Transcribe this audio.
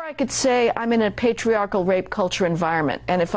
i could say i'm in a patriarchal rape culture environment and if